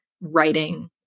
writing